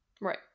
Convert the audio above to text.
Right